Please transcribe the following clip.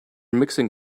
mixing